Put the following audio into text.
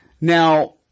Now